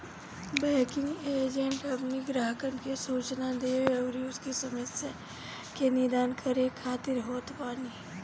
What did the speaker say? banking agent अपनी ग्राहकन के सूचना देवे अउरी उनकी समस्या के निदान करे खातिर होत बाने